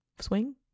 Swing